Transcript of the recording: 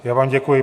Já vám děkuji.